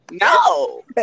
No